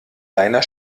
deiner